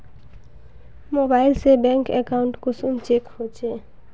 Mobile से bank account कुंसम check होचे?